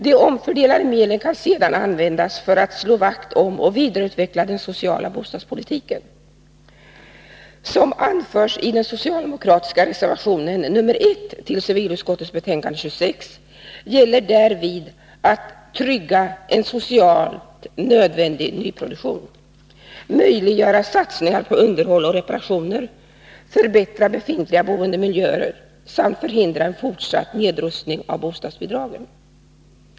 De omfördelade medlen kan sedan användas för att slå vakt om och vidareutveckla den sociala bostadspolitiken. Som anförs i den socialdemokratiska reservationen nr 1 till civilutskottets betänkande 26 gäller därvid att trygga en socialt nödvändig nyproduktion, möjliggöra satsningar på underhåll och reparationer, förbättra befintliga boendemiljöer samt förhindra en fortsatt nedrustning av bostadsbidragen.